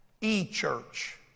E-church